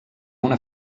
una